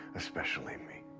especially me.